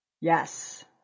Yes